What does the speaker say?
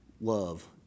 love